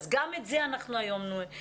אז גם את זה אנחנו היום נשמע.